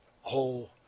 whole